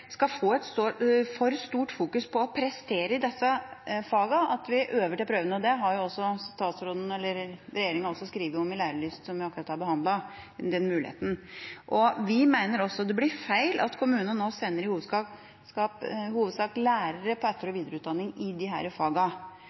skal få et så skarpt fokus på å prestere i disse fagene at vi øver til prøvene – den muligheten har også regjeringa skrevet om i stortingsmeldinga om lærelyst, som vi akkurat har behandlet. Vi mener også det blir feil at kommunene nå i hovedsak sender lærere på etter- og videreutdanning i